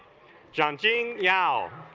johnson yow